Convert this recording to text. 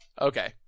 Okay